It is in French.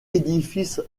édifice